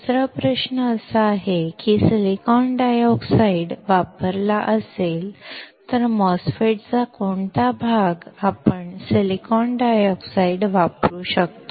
दुसरा प्रश्न असा आहे की जर सिलिकॉन डायऑक्साइड वापरला असेल तर MOSFET चा कोणता भाग आपण सिलिकॉन डायऑक्साइड वापरू शकतो